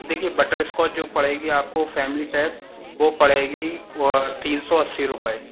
देखिए बटरस्कॉच जो पड़ेगी आपको फ़ैमिली पैक वो पड़ेगी तीन सौ अस्सी रुपए